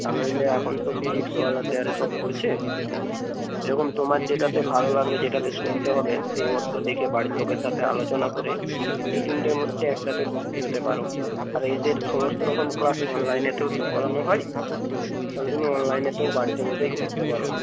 তা নইলে এখন তো ফিজিক্সওয়ালাতে আরে সব পড়ছে যেরকম তোমার যেটাতে ভালো লাগবে যেটাতে সুবিধা হবে সেই মতো দেখে বাড়ির লোকের সাথে আলোচনা করে এই তিনটের মধ্যে একটাতে ভর্ত্তি হতে পারো তাহলে এদের সমস্ত রকম ক্লাস অনলাইনে তো করানো হয় তাহলে তুমি অনলাইনেও বাড়িতে বসেই করতে পারো